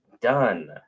done